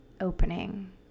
opening